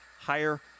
higher